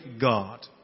God